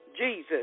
Jesus